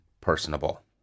personable